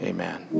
Amen